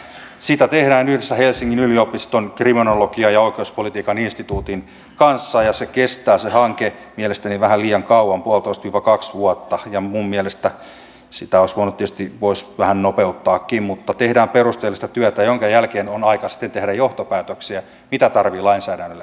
sitä tehdään yhdessä helsingin yliopiston kriminologian ja oikeuspolitiikan instituutin kanssa ja se hanke kestää mielestäni vähän liian kauan puolitoistakaksi vuotta ja minun mielestäni sitä olisi voinut tietysti vähän nopeuttaakin mutta tehdään perusteellista työtä jonka jälkeen on aika sitten tehdä johtopäätöksiä mitä tarvitsee tähän liittyen lainsäädännölle tehdä